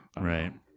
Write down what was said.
Right